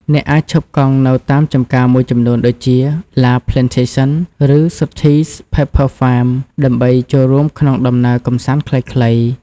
អ្នកអាចឈប់កង់នៅតាមចំការមួយចំនួនដូចជា La Plantation ឬ Sothy's Pepper Farm ដើម្បីចូលរួមក្នុងដំណើរកម្សាន្តខ្លីៗ។